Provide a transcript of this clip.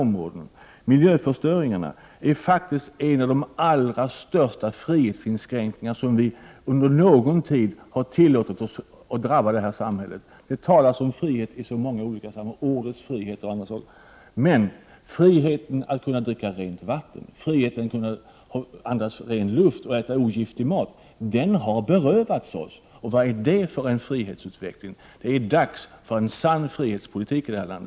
Miljöförstöringen är faktiskt en av de allra största frihetsinskränkningar som vi under någon tid tillåtit oss att drabba vårt samhälle. Det talas om frihet i så många olika sammanhang, om ”årets frihet” osv., men friheten att kunna dricka rent vatten, att kunna andas ren luft och att kunna äta ogiftig mat har berövats oss. Vad är det för frihetsutveckling? Det är dags för en sann frihetspolitik i vårt land.